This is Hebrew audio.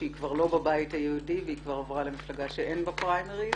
שהיא כבר לא בבית היהודי והיא כבר עברה למפלגה שאין בה פריימריז,